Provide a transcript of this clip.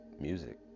music